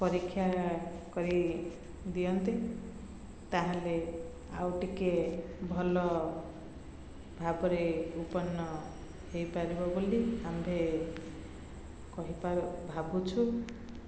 ପରୀକ୍ଷା କରି ଦିଅନ୍ତି ତାହେଲେ ଆଉ ଟିକେ ଭଲ ଭାବରେ ଉତ୍ପନ୍ନ ହେଇପାରିବ ବୋଲି ଆମ୍ଭେ କହିପାରୁ ଭାବୁଛୁ